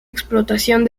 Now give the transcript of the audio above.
explotación